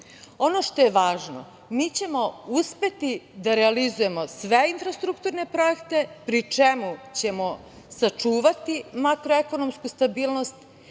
što je važno, mi ćemo uspeti da realizujemo sve infrastrukturne projekte, pri čemu ćemo sačuvati makro ekonomsku stabilnost